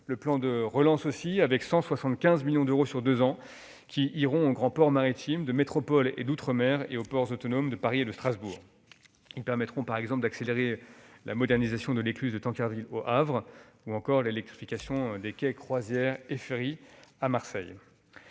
le plan de relance, avec 175 millions d'euros sur deux ans qui iront aux grands ports maritimes de métropole et d'outre-mer, et aux ports autonomes de Paris et Strasbourg. Ils permettront, par exemple, d'accélérer la modernisation de l'écluse de Tancarville au Havre, ou encore l'électrification des quais croisière et ferries à Marseille.